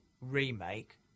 remake